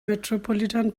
metropolitan